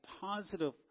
positive